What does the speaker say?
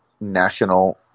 national